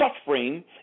suffering